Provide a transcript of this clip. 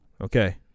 Okay